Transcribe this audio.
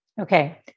Okay